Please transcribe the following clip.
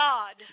God